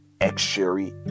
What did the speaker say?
X-Sherry